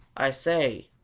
i say,